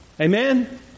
amen